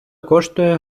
коштує